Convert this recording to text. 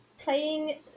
playing